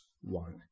One